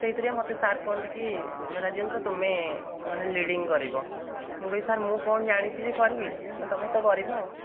ସେଇଥିରେ ମୋତେ ସାର୍ କୁହନ୍ତି କି ରାଜେନ୍ଦ୍ର ତୁମେ ମାନେ ଲିଡ଼ିଙ୍ଗ୍ କରିବ ମୁଁ କହିବି ସାର୍ ମୁଁ କ'ଣ ଜାଣିଛି ଯେ କରିବି ନାଇଁ ତୁମେ ତ କରିବ ଆଉ